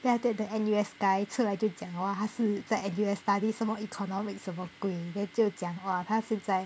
then after that the N_U_S guy 出来就讲 !whoa! 他是在 N_U_S study 什么 economics 什么鬼 then 就讲他是在